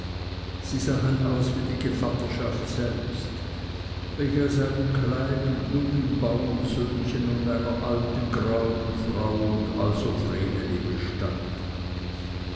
sie sahen aus wie die gevatterschaft selbst welche aus einem kleinen dummen bauernsöhnchen und einer alten grauen frau und also vreneli